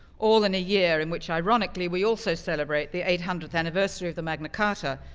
all in a year in which, ironically, we also celebrate the eight hundredth anniversary of the magna carta,